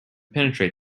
penetrate